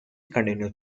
continues